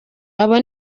abo